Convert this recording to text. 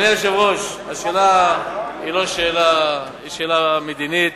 אדוני היושב-ראש, השאלה היא שאלה מדינית,